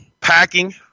packing